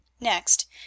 Next